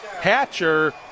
Hatcher